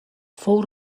fou